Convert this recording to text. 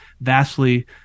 vastly